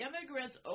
immigrants